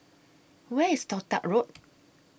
Where IS Toh Tuck Road